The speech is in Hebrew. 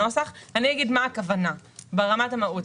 אני אגיד מה הכוונה ברמת המהות.